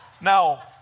Now